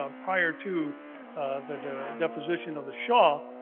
ah prior to the deposition of the shaw,